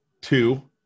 two